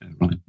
right